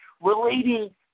relating